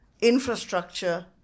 infrastructure